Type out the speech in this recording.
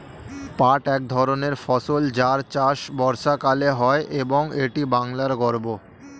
পাট এক ধরনের ফসল যার চাষ বর্ষাকালে হয় এবং এটি বাংলার গর্ব